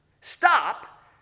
Stop